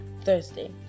Thursday